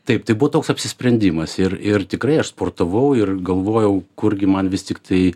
taip tai buvo toks apsisprendimas ir ir tikrai aš sportavau ir galvojau kurgi man vis tiktai